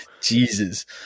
Jesus